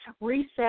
reset